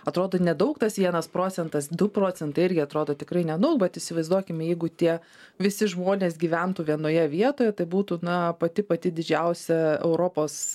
atrodo nedaug tas vienas procentas du procentai irgi atrodo tikrai nedaug bet įsivaizduokim jeigu tie visi žmonės gyventų vienoje vietoje tai būtų na pati pati didžiausia europos